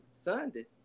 Sunday